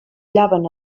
llaven